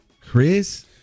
Chris